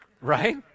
right